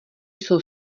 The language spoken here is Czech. jsou